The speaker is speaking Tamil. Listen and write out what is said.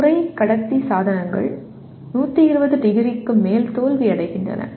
குறைக்கடத்தி சாதனங்கள் 120 டிகிரிக்கு மேல் தோல்வியடைகின்றன